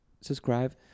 subscribe